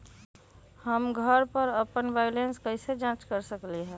हम घर पर अपन बैलेंस कैसे जाँच कर सकेली?